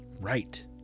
right